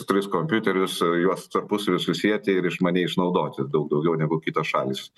tris kompiuterius juos tarpusavy susieti ir išmaniai išnaudoti daug daugiau negu kitos šalys